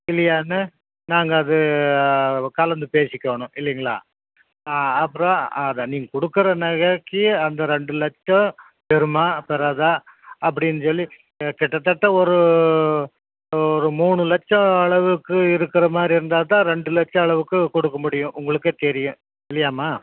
இல்லையான்னு நாங்கள் அதை கலந்து பேசிக்கணும் இல்லைங்களா அப்புறம் அதான் நீங்கள் கொடுக்கற நகைக்கு அந்த ரெண்டு லட்சம் பெறுமா பெறாதா அப்படின்னு சொல்லி கிட்டத்தட்ட ஒரு ஒரு மூணு லட்சம் அளவுக்கு இருக்கிற மாதிரி இருந்தாத்தான் ரெண்டு லட்சம் அளவுக்கு கொடுக்க முடியும் உங்களுக்கு தெரியும் இல்லையாம்மா